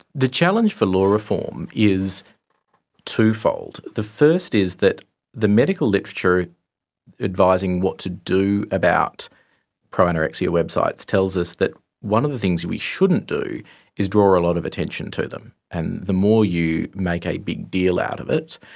the challenge for law reform is twofold. the first is that the medical literature advising what to do about pro-anorexia websites tells us that one of the things we shouldn't do is draw a lot of attention to them, and the more you make a big deal out of it,